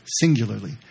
singularly